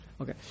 Okay